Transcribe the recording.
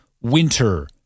winter